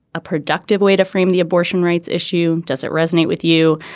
a productive way to frame the abortion rights issue does it resonate with you.